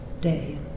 day